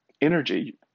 energy